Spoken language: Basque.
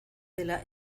dela